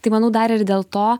tai manau dar ir dėl to